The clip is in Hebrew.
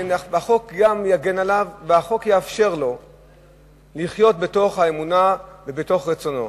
והחוק גם יגן עליו ויאפשר לו לחיות בתוך האמונה ובתוך רצונו.